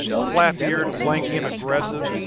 flap-eared, lanky and aggressive.